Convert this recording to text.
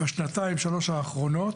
בשנתיים-שלוש האחרונות